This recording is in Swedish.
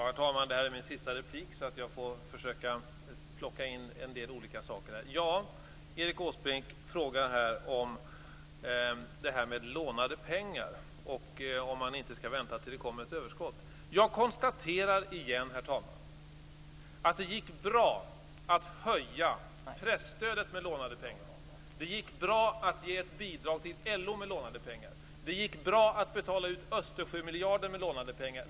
Herr talman! Det här är min sista replik, så jag får försöka plocka in en del olika saker. Erik Åsbrink frågar om det här med lånade pengar och om man inte skall vänta tills det kommer ett överskott. Jag konstaterar igen, herr talman, att det gick bra att höja presstödet med lånade pengar. Det gick bra att ge ett bidrag till LO med lånade pengar. Det gick bra att betala ut Östersjömiljarder med lånade pengar.